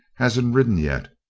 hasn't ridden yet.